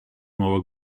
nuova